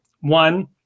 One